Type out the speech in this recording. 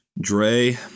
Dre